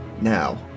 Now